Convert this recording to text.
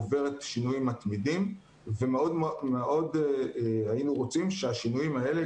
עוברת שינויים מתמידים ומאוד היינו רוצים שהשינויים האלה,